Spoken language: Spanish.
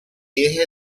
eje